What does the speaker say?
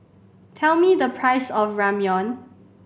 tell me the price of Ramyeon